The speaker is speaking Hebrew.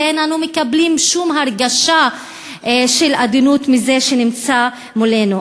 ואין אנו מקבלים שום הרגשה של אדנות מזה שנמצא מולנו.